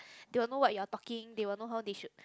they will know what you're talking they will know how they should